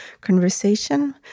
conversation